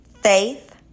Faith